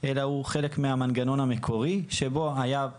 אלא הוא חלק מהמנגנון המקורי שבו היה,